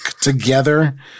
together